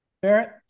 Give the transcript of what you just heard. Barrett